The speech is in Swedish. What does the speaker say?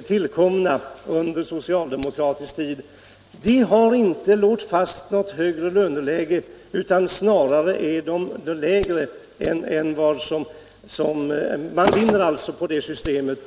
tillkomna under socialdemokratisk tid inte har medfört ett högre utan snarare ett lägre löneläge. Man vinner alltså på det systemet.